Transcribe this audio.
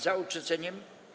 Za odrzuceniem.